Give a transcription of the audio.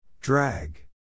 Drag